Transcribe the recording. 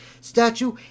statue